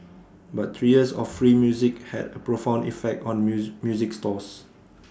but three years of free music had A profound effect on muse music stores